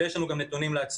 ויש לנו גם נתונים להציג.